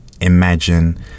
imagine